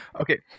okay